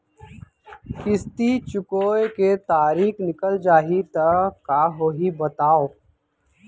किस्ती चुकोय के तारीक निकल जाही त का होही बताव?